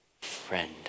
friend